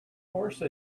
course